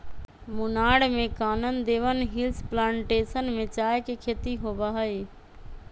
मुन्नार में Kanan Devan hills plantation में चाय के खेती होबा हई